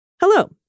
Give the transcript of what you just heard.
Hello